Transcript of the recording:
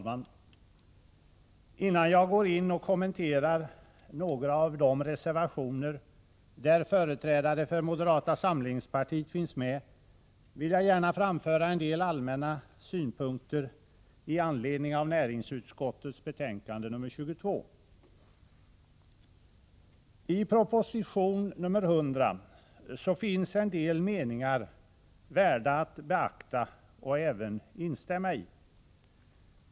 Herr talman! Innan jag kommenterar några av de reservationer som företrädare för moderata samlingspartiet har undertecknat vill jag gärna framföra en del allmänna synpunkter i anledning av näringsutskottets betänkande nr 22. I proposition nr 100 finns en del meningar värda att beakta och även att instämma i.